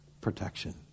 protection